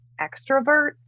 extrovert